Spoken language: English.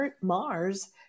Mars